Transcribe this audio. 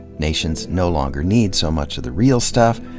nations no longer need so much of the real stuff,